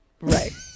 right